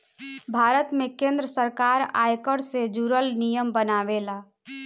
भारत में केंद्र सरकार आयकर से जुरल नियम बनावेला